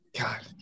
God